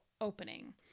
opening